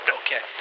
okay